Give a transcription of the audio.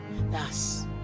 Thus